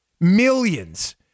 millions